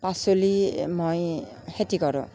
পাচলি মই খেতি কৰোঁ